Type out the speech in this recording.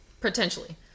potentially